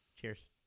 cheers